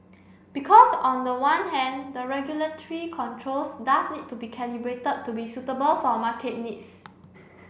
because on the one hand the regulatory controls does need to be calibrated to be suitable for market needs